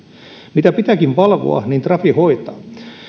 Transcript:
mitä pitääkin valvoa niin trafi hoitaa